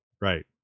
Right